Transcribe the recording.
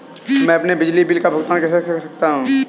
मैं अपने बिजली बिल का भुगतान कैसे कर सकता हूँ?